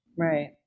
Right